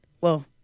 Well-